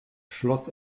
schloss